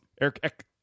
Eric